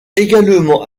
également